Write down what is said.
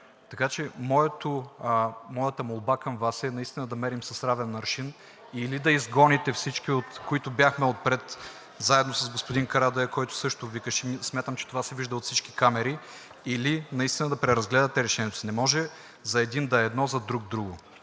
така че моята молба към Вас е наистина да мерите с равен аршин – или да изгоните всички, които бяхме отпред, заедно с господин Карадайъ, който също викаше – смятам, че това се вижда от всички камери, или наистина да преразгледате решението си. Не може за един да е едно, за друг – друго.